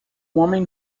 homem